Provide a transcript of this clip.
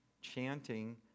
chanting